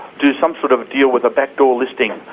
do some sort of deal with a backdoor listing,